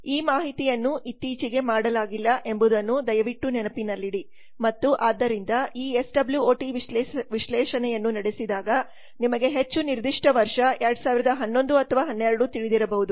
ಈಮಾಹಿತಿಯನ್ನು ಇತ್ತೀಚೆಗೆ ಮಾಡಲಾಗಿಲ್ಲಎಂಬುದನ್ನು ದಯವಿಟ್ಟು ನೆನಪಿನಲ್ಲಿಡಿಮತ್ತು ಆದ್ದರಿಂದ ಈ ಎಸ್ ಡಬ್ಲ್ಯೂ ಒ ಟಿ ವಿಶ್ಲೇಷಣೆಯನ್ನು ನಡೆಸಿದಾಗ ನಿಮಗೆ ಹೆಚ್ಚು ನಿರ್ದಿಷ್ಟ ವರ್ಷ 2011 ಅಥವಾ 12 ತಿಳಿದಿರಬಹುದು